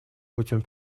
путем